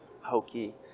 hokey